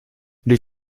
les